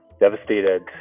devastated